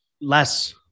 less